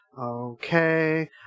Okay